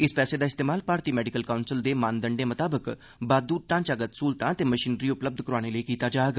इस पैसे दा इस्तेमाल भारती मेडिकल काउंसिल दे मानदंडें मताबक बाद्दू ढांचागत सहूलतां ते मशीनरी उपलब्ध कराने लेई कीता जाग